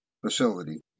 facility